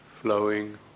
flowing